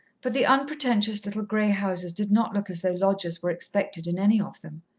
but the unpretentious little grey houses did not look as though lodgers were expected in any of them.